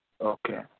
Okay